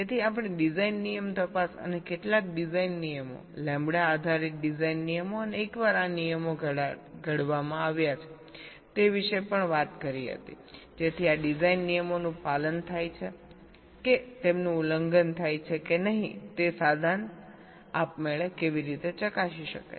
તેથી આપણે ડિઝાઇન નિયમ તપાસ અને કેટલાક ડિઝાઇન નિયમો લેમ્બડા આધારિત ડિઝાઇન નિયમો અને એકવાર આ નિયમો ઘડવામાં આવ્યા છે તે વિશે પણ વાત કરી હતી જેથી આ ડિઝાઇન નિયમોનું પાલન થાય છે કે તેમનું ઉલ્લંઘન થાય છે કે નહીં તે સાધન આપમેળે કેવી રીતે ચકાસી શકે છે